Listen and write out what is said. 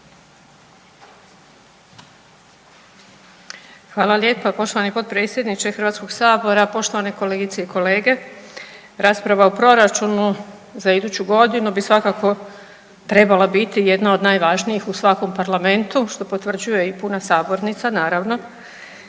Hvala lijepa poštovani potpredsjedniče Hrvatskoga sabora, poštovane kolegice i kolege. Rasprava o proračunu za iduću godinu bi svakako trebala biti jedna od najvažnijih u svakom parlamentu što potvrđuje i puna sabornica naravno,